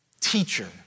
teacher